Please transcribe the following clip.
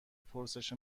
پرسش